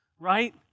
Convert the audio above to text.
right